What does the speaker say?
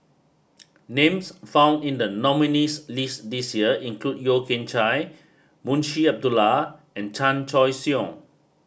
names found in the nominees' list this year include Yeo Kian Chai Munshi Abdullah and Chan Choy Siong